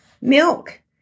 milk